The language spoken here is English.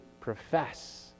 profess